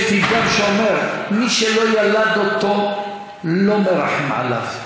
יש פתגם שאומר: מי שלא ילד אותו לא מרחם עליו.